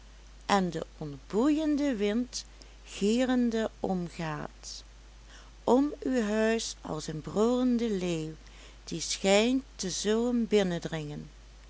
en de ontboeide wind gierende omgaat om uw huis als een brullende leeuw die schijnt te zullen binnendringen dan